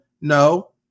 No